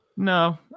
No